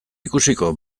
ikusiko